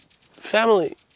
family